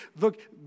look